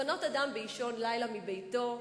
לפנות אדם באישון לילה מביתו,